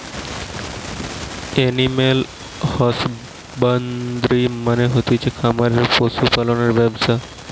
animal husbandry মানে হতিছে খামারে পশু পালনের ব্যবসা